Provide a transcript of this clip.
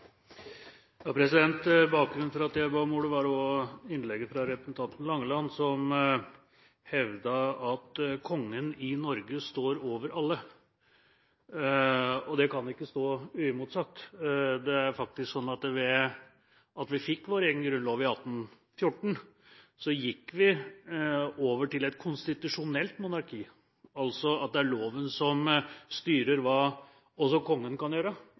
Norge står over alle. Det kan ikke stå uimotsagt. Det er faktisk slik at da vi fikk vår egen grunnlov i 1814, gikk vi over til et konstitusjonelt monarki – altså at det er loven som styrer også hva Kongen kan gjøre.